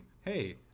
Hey